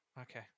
Okay